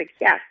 Yes